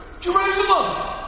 Jerusalem